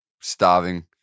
starving